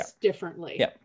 differently